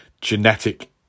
genetic